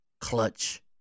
clutch